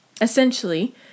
essentially